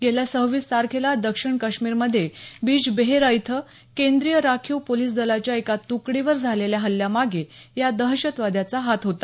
गेल्या सहव्वीस तारखेला दक्षिण काश्मीरमधे बीजबेहरा इथं केंद्रीय राखीव पोलिस दलाच्या एका तुकडीवर झालेल्या हल्ल्यामागे या दहशतवाद्याचा हात होता